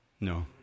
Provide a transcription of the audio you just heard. No